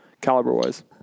caliber-wise